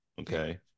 okay